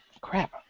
crap